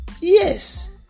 Yes